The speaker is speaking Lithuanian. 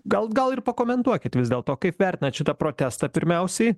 gal gal ir pakomentuokit vis dėlto kaip vertinat šitą protestą pirmiausiai